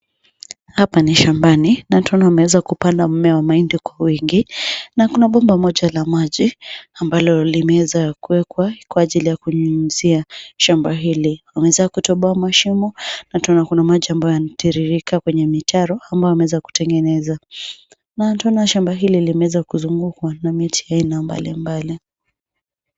Hapa ni shambani na twaona wameanza kupanda mmea wa mahindi kwa wingi na kuna bomba moja la maji ambalo limeweza kuwekwa kwa ajili ya kunyunyizia shamba hili. Wameweza kutoboa mashimo na twaona kuna maji yanayotiririka kwenye mitaro ambayo wameweza kutengeneza na twaona shamba hili limeweza kuzungukwa na miti ya aina mbalimbali.